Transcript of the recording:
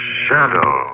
shadow